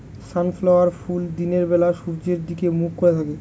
sunflower ফুল দিনের বেলা সূর্যের দিকে মুখ করে থাকে